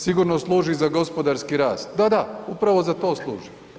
Sigurno služi za gospodarski rast, da, da, upravo za to služi.